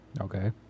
Okay